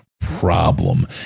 problem